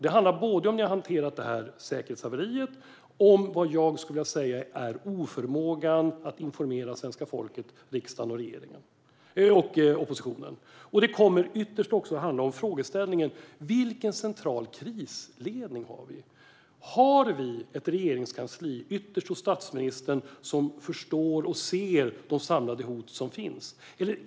Det handlar om hur ni har hanterat detta säkerhetshaveri samt om vad jag skulle vilja säga är oförmåga att informera svenska folket, riksdagen och oppositionen. Det kommer dessutom ytterst att handla om vilken central krisledning vi har. Har vi ett regeringskansli och en statsminister som förstår och ser de samlade hot som finns?